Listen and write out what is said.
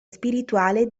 spirituale